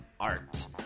art